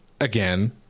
again